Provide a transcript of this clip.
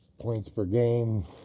points-per-game